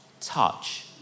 touch